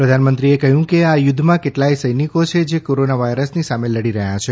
પ્રધાનમંત્રીએ કહ્યું કે આ યુધ્ધમાં કેટલાય સૈનિકો છે જે કોરોના વાયરસની સામે લડી રહ્યાં છે